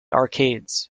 arcades